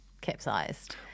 capsized